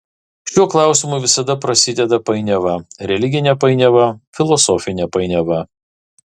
šiuo klausimu visada prasideda painiava religinė painiava filosofinė painiava